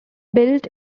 built